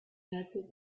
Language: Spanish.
datos